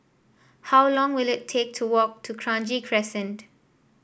how long will it take to walk to Kranji Crescent